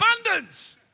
abundance